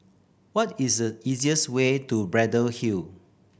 what is the easiest way to Braddell Hill